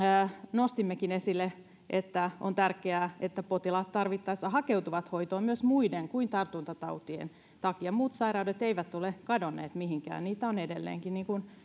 nostimmekin esille että on tärkeää että potilaat tarvittaessa hakeutuvat hoitoon myös muiden kuin tartuntatautien takia muut sairaudet eivät ole kadonneet mihinkään niitä on edelleenkin niin kuin